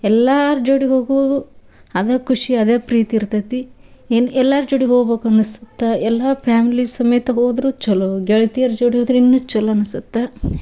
ಎಲ್ಲಾರ ಜೋಡಿ ಹೋಗುವಾಗೂ ಅದೇ ಖುಷಿ ಅದೇ ಪ್ರೀತಿ ಇರ್ತತಿ ಏನು ಎಲ್ಲರ ಜೋಡಿ ಹೋಬಕ್ ಅನಸತ್ತೆ ಎಲ್ಲ ಫ್ಯಾಮ್ಲಿ ಸಮೇತ ಹೋದರೂ ಛಲೋ ಗೆಳ್ತಿಯರ ಜೋಡಿ ಹೋದ್ರೆ ಇನ್ನೂ ಛಲೋ ಅನಸತ್ತೆ